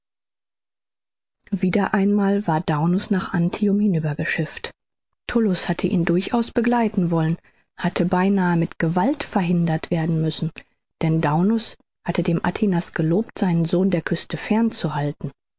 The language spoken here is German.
wieder einmal war daunus nach antium hinübergeschifft tullus hatte ihn durchaus begleiten wollen hatte beinahe mit gewalt verhindert werden müssen denn daunus hatte dem atinas gelobt seinen sohn der küste fern